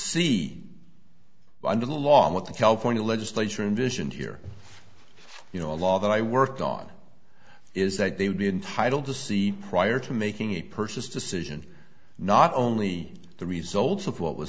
see under the law what the california legislature invision here you know a law that i worked on is that they would be entitled to see prior to making a purchase decision not only the results of what was